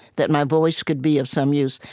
that my voice could be of some use.